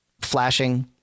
flashing